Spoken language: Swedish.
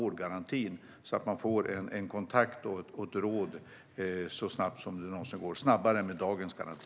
Människor måste kunna få kontakt och råd så snabbt det någonsin går - snabbare än med dagens garanti.